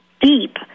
deep